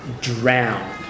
drown